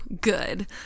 good